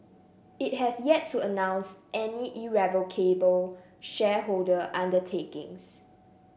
it has yet to announce any irrevocable shareholder undertakings